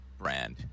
Brand